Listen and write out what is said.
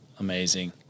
Amazing